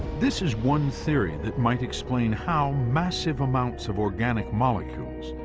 this is one theory that might explain how massive amounts of organic molecules,